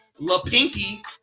Lapinky